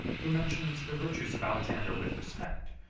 who mentions the virtues of alexander with respect,